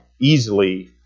easily